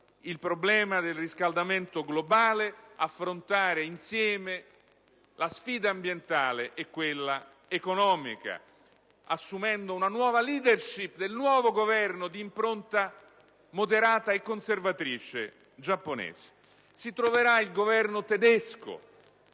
al problema del riscaldamento globale, di affrontare insieme la sfida ambientale e quella economica, assumendo una nuova *leadership* del nuovo Governo di impronta moderata e conservatrice giapponese. Il presidente